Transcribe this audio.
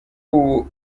ubu